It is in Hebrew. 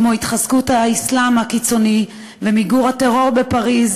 כמו התחזקות האסלאם הקיצוני ומיגור הטרור בפריז,